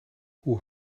hoe